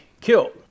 killed